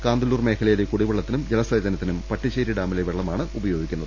കാന്തല്ലൂർ മേഖലയിലെ കുടിവെള്ളത്തിനും ജലസേചനത്തിനും പട്ടിശ്ശേരി ഡാമിലെ വെള്ളമാണ് ഉപയോഗിക്കുന്നത്